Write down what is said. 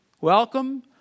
Welcome